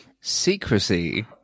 secrecy